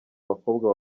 bakobwa